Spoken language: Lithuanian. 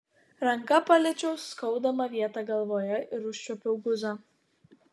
ranka paliečiau skaudamą vietą galvoje ir užčiuopiau guzą